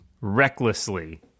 recklessly